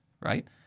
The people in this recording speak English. right